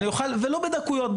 ולא בדקויות,